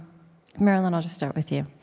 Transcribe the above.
marilyn, i'll just start with you.